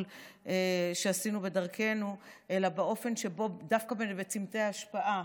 שעשינו בדרכנו אלא באופן שבו דווקא בצומתי ההשפעה,